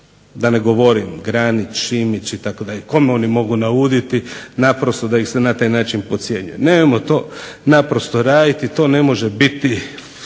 da ne govorim Granić, Šimić kome oni mogu nauditi, naprosto da ih se na taj način podcjenjuje. Nemojmo to naprosto raditi to ne može biti